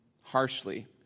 harshly